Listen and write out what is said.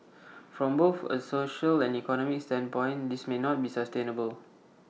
from both A social and economic standpoint this may not be sustainable